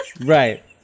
Right